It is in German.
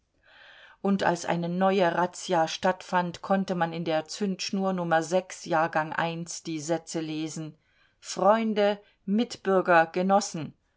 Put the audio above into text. und als eine neue razzia stattfand konnte man in der zündschnur nummer jahrgang i die sätze lesen freunde mitbürger genossen